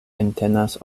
entenas